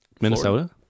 minnesota